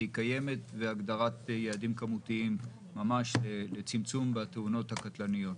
והיא קיימת בהגדרת יעדים כמותיים לצמצום בתאונות הקטלניות.